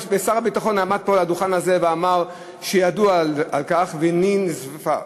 ושר הביטחון עמד פה על הדוכן הזה ואמר שידוע על כך ושהיא ננזפה.